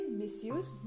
misuse